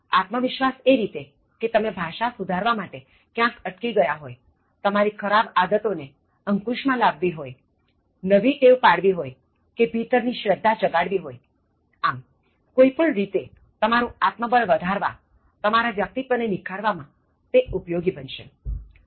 આત્મવિશ્વાસ એ રીતે કે તમે ભાષા સુધારવા માટેક્યાંક અટકી ગયા હોયતમારી ખરાબ આદતો ને અંકુશ માં લાવવી હોય નવી ટેવ પાડવી હોયકે ભીતર ની શ્રદ્ધા જગાડવી હોય આમ કોઇ પણ રીતે તમારુ આત્મબળ વધારવાતમારા વ્યક્તિત્વને નિખારવા માં ઉપયોગી બનશે